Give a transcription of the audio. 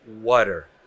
Water